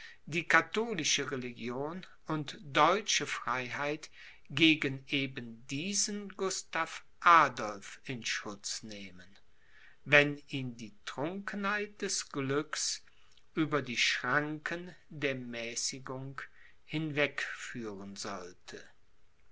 die katholische religion und deutsche freiheit gegen eben diesen gustav adolph in schutz nehmen wenn ihn die trunkenheit des glücks über die schranken der mäßigung hiuwegführen sollte